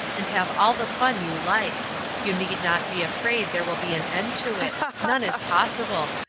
and have all the fun you like you need not be afraid there will be an end to it none is possible,